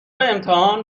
امتحان